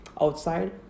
outside